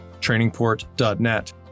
trainingport.net